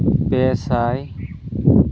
ᱯᱮ ᱥᱟᱭ